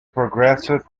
progressive